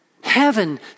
heaven